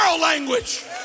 language